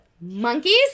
monkeys